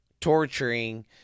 torturing